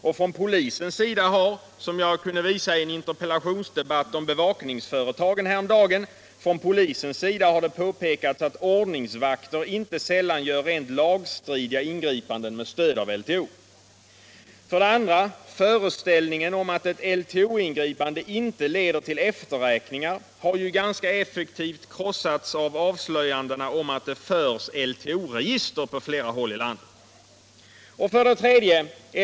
Och från polisens sida har det - som jag kunde visa i en interpellationsdebatt om bevakningsföretagen häromdagen — påpekats att ordningsvakter inte sällan gör rent lagstridiga ingripanden med stöd av LTO. 2. Föreställningen om att ett LTO-ingripande inte leder till efterräkningar har ju ganska effektivt krossats genom avslöjandena av att det förs LTO-register på flera håll i landet. 3.